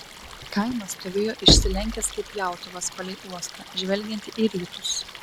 kaimas stovėjo išsilenkęs kaip pjautuvas palei uostą žvelgiantį į rytus